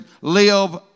live